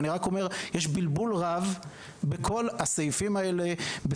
אני רק אומר שיש בלבול רב בכל הסעיפים האלה,